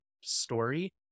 story